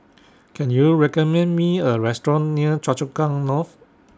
Can YOU recommend Me A Restaurant near Choa Chu Kang North